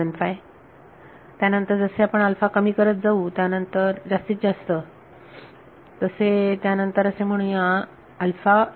75 त्यानंतर जसे आपण अल्फा कमी करत जाऊ जास्तीत जास्त तसे त्यानंतर असे म्हणू या आपल्याला अल्फा 0